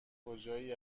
کجایی